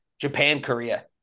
Japan-Korea